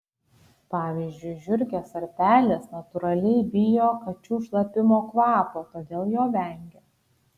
pavyzdžiui žiurkės ar pelės natūraliai bijo kačių šlapimo kvapo todėl jo vengia